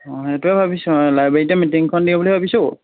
অঁ হেইটোৱে ভাবিছোঁ আৰু লাইবেৰীতে মিটিংখন দিওঁ বুলি ভাবিছোঁ